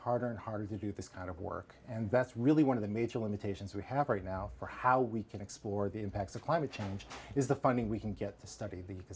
harder and harder to do this kind of work and that's really one of the major limitations we have right now for how we can explore the impacts of climate change is the funding we can get to stud